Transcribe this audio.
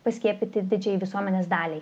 paskiepyti didžiajai visuomenės daliai